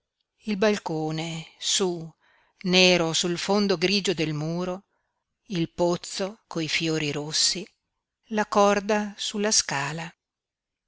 il balcone su nero sul fondo grigio del muro il pozzo coi fiori rossi la corda sulla scala